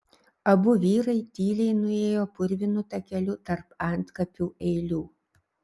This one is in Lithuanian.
abu vyrai tyliai nuėjo purvinu takeliu tarp antkapių eilių